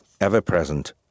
ever-present